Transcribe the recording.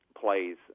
plays